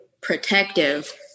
protective